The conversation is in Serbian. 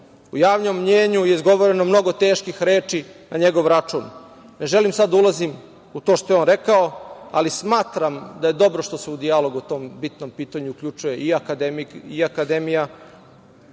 U javnom mnjenju izgovoreno je mnogo teških reči na njegov račun. Ne želim sad da ulazim u to što je on rekao, ali smatram da je dobro što se u dijalogu tom po bitnom pitanju uključuje i akademik